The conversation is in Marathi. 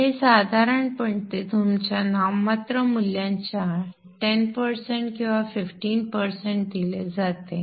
तर हे साधारणपणे तुमच्या नाममात्र मूल्याच्या 10 टक्के किंवा 15 टक्के दिले जाते